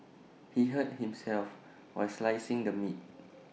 he hurt himself while slicing the meat